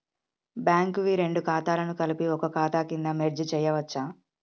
Bank వి రెండు ఖాతాలను కలిపి ఒక ఖాతా కింద మెర్జ్ చేయచ్చా?